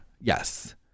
Yes